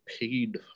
paid